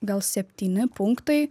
gal septyni punktai